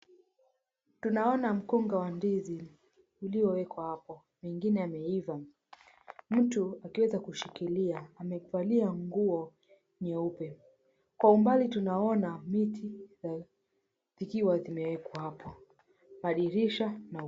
Tunaona mkunga wa ndizi ulioekwa hapo mengine yameiva. Mtu akiweza kushikilia amevalia nguo nyeupe. Kwa umbali tunaona miti zikiwa zimewekwa hapo. Madirisha na...